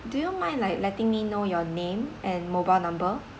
do you mind like letting me know your name and mobile number